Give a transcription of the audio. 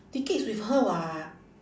ticket is with her [what]